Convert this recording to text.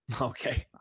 Okay